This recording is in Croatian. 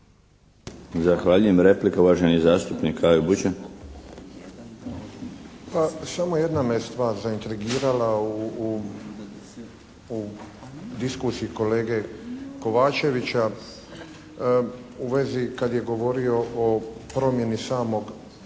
Zahvaljujem. Replika, uvaženi zastupnik Kajo Bućan. **Bućan, Kajo (HDZ)** Samo jedna me je stvar zaintrigirala u diskusiji kolege Kovačevića u vezi kad je govorio o promjeni samog